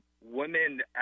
women